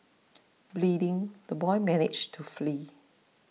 bleeding the boy managed to flee